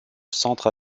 centre